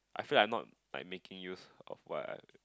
I feel I'm not like making use of what I